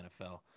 NFL